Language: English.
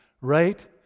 right